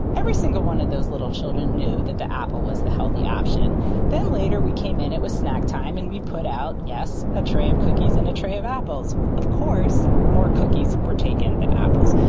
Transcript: every single one of those little children knew that the apple was the healthy option then later we came in, it was snack time and we put out yes, a tray of cookies and a tray of apples. of course more cookies were taken than apples.